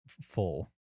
full